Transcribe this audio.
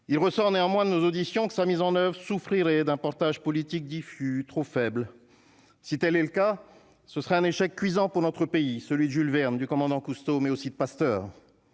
il ressort néanmoins de nos auditions que sa mise en oeuvre souffrir et d'un portage politique diffus, trop faible, si telle est le cas, ce serait un échec cuisant pour notre pays, celui de Jules Verne du commandant Cousteau, mais aussi de Pasteur,